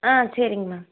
ஆ சரிங்க மேம்